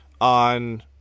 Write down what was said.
on